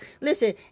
listen